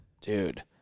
Dude